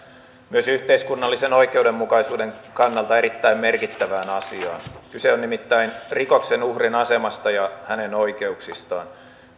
myös yhteiskunnallisen oikeudenmukaisuuden kannalta erittäin merkittävään asiaan kyse on nimittäin rikoksen uhrin asemasta ja hänen oikeuksistaan